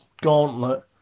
gauntlet